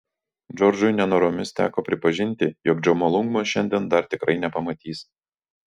džordžui nenoromis teko pripažinti jog džomolungmos šiandien dar tikrai nepamatys